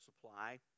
supply